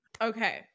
Okay